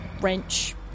wrench